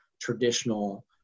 traditional